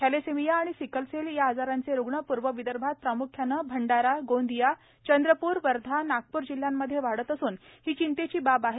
thalassemia आणि sickle cell या आजारांचे रूग्ण पूर्व विदर्भात प्राम्ख्याने भंडारा गोंदिया चंद्रप्र वर्धा नागपूर जिल्ह्यांमध्ये वाढत सून ही चिंतेची बाब आहे